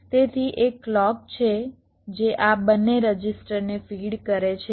તેથી એક ક્લૉક છે જે આ બંને રજિસ્ટરને ફીડ કરે છે